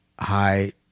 high